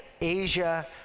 Asia